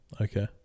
okay